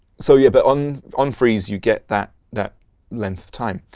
so yeah, but on on freeze, you get that that length of time.